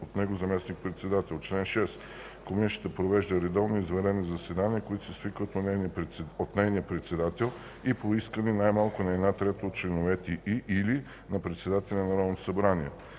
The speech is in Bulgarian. от него заместник-председател. Чл. 6. Комисията провежда редовни и извънредни заседания, които се свикват от нейния председател и по искане най-малко на една трета от членовете й или на председателя на Народното събрание.